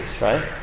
right